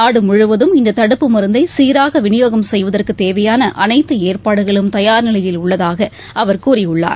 நாடுமுழுவதும் இந்த தடுப்பு மருந்தை சீராக விநியோகம் செய்வதற்கு தேவையான அனைத்து ஏற்பாடுகளும் தயார் நிலையில் உள்ளதாக அவர் கூறியுள்ளார்